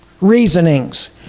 reasonings